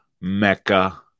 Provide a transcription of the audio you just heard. Mecca